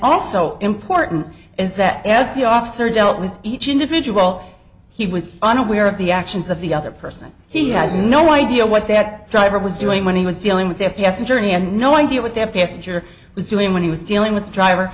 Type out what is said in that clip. also important is that as the officer dealt with each individual he was unaware of the actions of the other person he had no idea what that driver was doing when he was dealing with their p s a journey and no idea what their passenger was doing when he was dealing with the driver